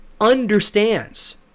understands